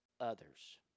others